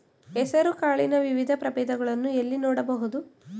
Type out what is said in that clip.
ಹೆಸರು ಕಾಳಿನ ವಿವಿಧ ಪ್ರಭೇದಗಳನ್ನು ಎಲ್ಲಿ ನೋಡಬಹುದು?